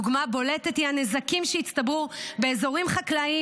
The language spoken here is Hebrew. דוגמה בולטת היא הנזקים שהצטברו באזורים חקלאיים